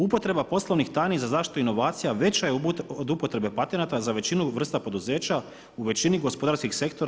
Upotreba poslovnih tajni za zaštitu inovacija veća je od upotrebe patenata za većinu vrsta poduzeća u većini gospodarskih sektora